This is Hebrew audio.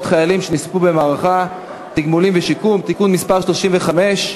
חיילים שנספו במערכה (תגמולים ושיקום) (תיקון מס' 35),